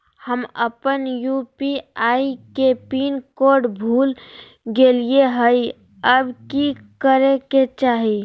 हम अपन यू.पी.आई के पिन कोड भूल गेलिये हई, अब की करे के चाही?